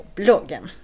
bloggen